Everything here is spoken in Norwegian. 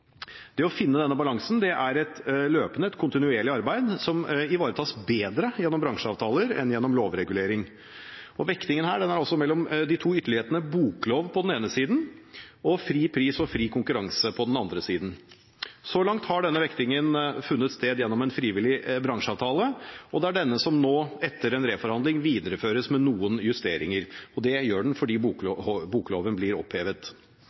Det å finne denne balansen er et kontinuerlig arbeid som ivaretas bedre gjennom bransjeavtaler enn gjennom lovregulering. Vektingen er mellom de to ytterlighetene boklov på den ene siden og fri pris og fri konkurranse på den andre siden. Så langt har denne vektingen funnet sted gjennom en frivillig bransjeavtale. Det er denne som nå, etter en reforhandling, videreføres med noen justeringer, og det blir den fordi bokloven blir opphevet.